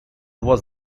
was